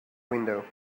window